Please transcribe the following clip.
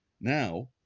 now